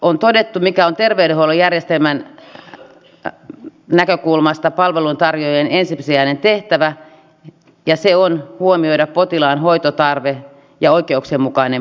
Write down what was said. on todettu mikä on terveydenhuollon järjestelmän näkökulmasta palveluntarjoajien ensisijainen tehtävä ja se on huomioida potilaan hoitotarve ja oikeuksien mukainen palvelu